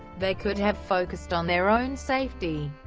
they could have focused on their own safety,